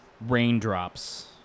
raindrops